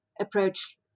approach